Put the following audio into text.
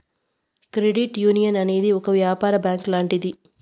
credit union అనేది ఒక యాపార బ్యాంక్ లాంటిది